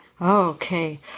okay